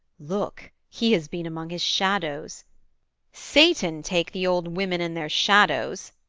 look, he has been among his shadows satan take the old women and their shadows!